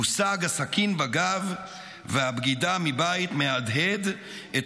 מושג הסכין בגב והבגידה מבית מהדהד את